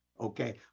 Okay